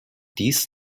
dies